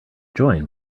join